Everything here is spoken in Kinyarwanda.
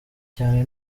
cyane